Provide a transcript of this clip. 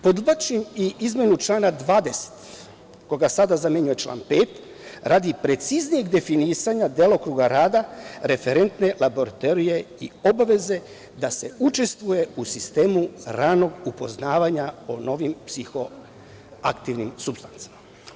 Podvlačim i izmenu člana 20. koga sada zamenjuje član 5. radi preciznijeg definisanja delokruga rada referentne laboratorije i obaveze da se učestvuje u sistemu ranog upoznavanja o novim psihoaktivnim supstancama.